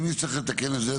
אבל אם נצטרך לתקן את זה,